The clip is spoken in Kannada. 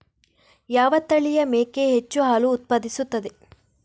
ಯಾವ ತಳಿಯ ಮೇಕೆ ಹೆಚ್ಚು ಹಾಲು ಉತ್ಪಾದಿಸುತ್ತದೆ?